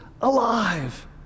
alive